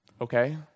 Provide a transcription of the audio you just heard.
okay